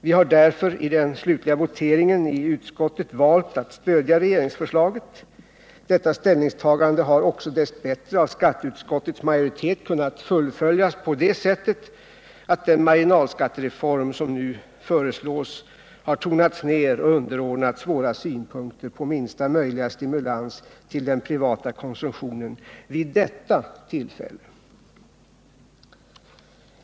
Vi har därför i den slutliga voteringen i utskottet valt att stödja regeringsförslaget. Detta ställningstagande har också dess bättre av skatteutskottets majoritet kunnat fullföljas på det sättet, att den marginalskattereform som nu föreslås har tonats ner och underordnats våra synpunkter på minsta möjliga stimulans till den privata konsumtionen vid detta tillfälle.